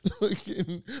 looking